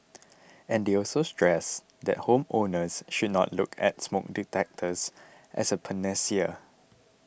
and they also stressed that home owners should not look at smoke detectors as a panacea